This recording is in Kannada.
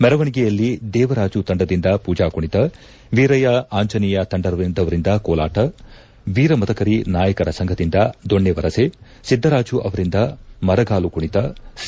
ಮೆರವಣಿಗೆಯಲ್ಲಿ ದೇವರಾಜು ತಂಡದಿಂದ ಪೂಜಾಕುಣಿತ ವೀರಯ್ಮ ಆಂಜನೇಯ ಅವರಿಂದ ಕೋಲಾಟ ವೀರಮದಕರಿ ನಾಯಕರ ಸಂಘದಿಂದ ದೊಣ್ಣವರಸೆ ಸಿದ್ದರಾಜು ಅವರಿಂದ ಮರಗಾಲುಕುಣಿತ ಸಿ